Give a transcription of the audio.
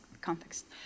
context